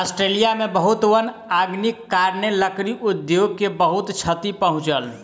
Australia में बहुत वन अग्निक कारणेँ, लकड़ी उद्योग के बहुत क्षति पहुँचल